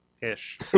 ish